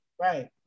Right